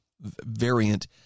variant